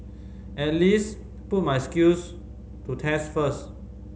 at least put my skills to test first